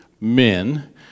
men